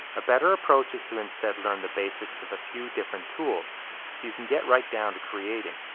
a better approach is to instead learn the basics of a few different tools, so you can get right down to creating.